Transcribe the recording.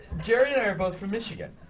jerry and i are both from michigan.